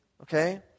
okay